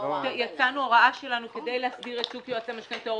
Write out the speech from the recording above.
יצאה הוראה שלנו כדי להסדיר את שוק יועצי המשכנתאות.